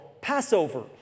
Passover